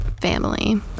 family